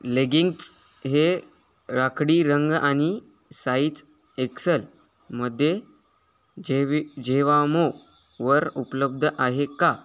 leggings हे राखाडी रंग आणि साइज एक्स एल मध्ये जेवि जेवामो वर उपलब्ध आहे का